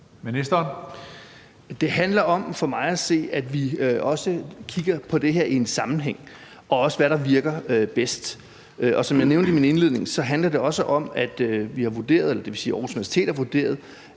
se handler det om, at vi også kigger på det her i en sammenhæng og også kigger på, hvad der virker bedst. Som jeg nævnte i min indledning, handler det også om, at vi har vurderet, dvs. at Aarhus Universitet har vurderet